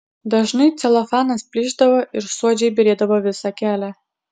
dažnai celofanas plyšdavo ir suodžiai byrėdavo visą kelią